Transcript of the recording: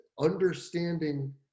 understanding